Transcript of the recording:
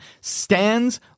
stands